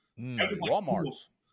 Walmart